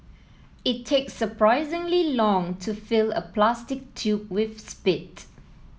it takes surprisingly long to fill a plastic tube with spit